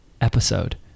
episode